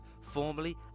formally